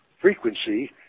frequency